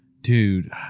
Dude